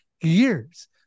years